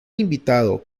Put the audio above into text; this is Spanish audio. invitado